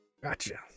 gotcha